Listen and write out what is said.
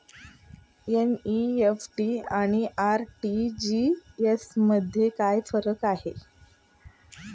NEFT आणि RTGS मध्ये काय फरक आहे?